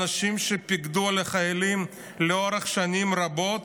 אנשים שפיקדו על חיילים לאורך שנים רבות,